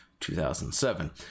2007